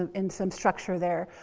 um and some structure there,